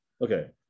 Okay